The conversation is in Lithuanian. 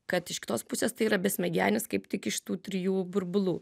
kad iš kitos pusės tai yra besmegenis kaip tik iš tų trijų burbulų